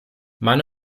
man